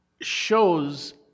shows